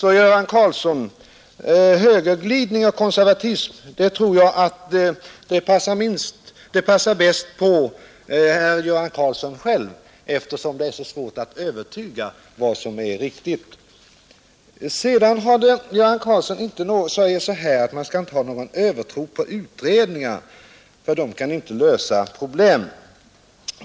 Uttrycken högerglidning och konservatism tror jag passar bäst beträffande herr Göran Karlsson själv, eftersom det är så svårt att övertyga honom om vad som är riktigt. Herr Göran Karlsson säger att man inte skall ha någon övertro på utredningar; de kan inte lösa problemen.